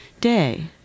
day